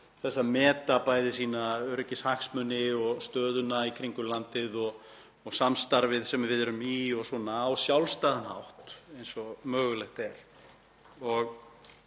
þess að meta bæði sína öryggishagsmuni, stöðuna í kringum landið og samstarfið sem við erum í á eins sjálfstæðan hátt og mögulegt er.